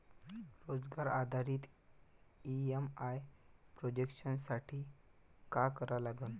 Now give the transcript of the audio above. रोजगार आधारित EMI projection साठी का करा लागन?